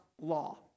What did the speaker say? law